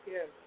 Yes